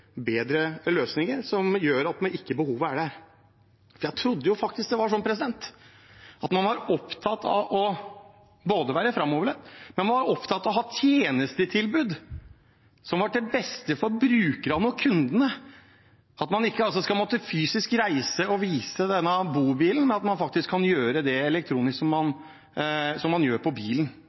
bedre løsninger som gjør at behovet ikke er der. Jeg trodde faktisk at man var opptatt av å være framoverlent, men også av å ha et tjenestetilbud som var til det beste for brukerne og kundene – at man ikke fysisk skal måtte reise og vise bobilen, men kan gjøre det elektronisk, slik man gjør med bilen. Det burde være en kjempeforbedring for veldig mange i næringslivet, som bruker mye tid på